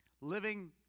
living